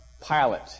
pilot